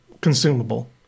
consumable